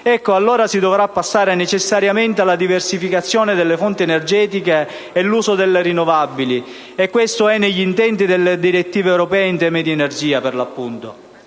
si dovrà passare necessariamente dalla diversificazione delle fonti energetiche e dall'uso delle rinnovabili, come è negli intenti delle direttive europee in tema di energia.